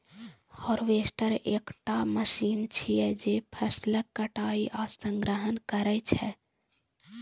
harvester एकटा machine छियै, जे फसलक कटाइ आ संग्रहण करै छै